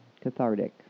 cathartic